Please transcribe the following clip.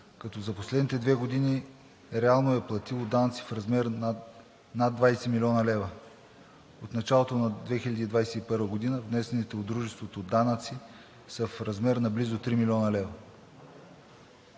като за последните две години реално е платило данъци в размер на над 20 млн. лв. От началото на 2021 г. внесените от дружество данъци са в размер на близо 3 млн. лв.